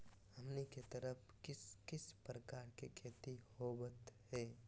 हमनी के तरफ किस किस प्रकार के खेती होवत है?